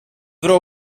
vreo